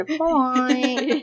point